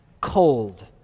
cold